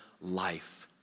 life